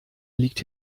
liegt